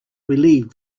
relieved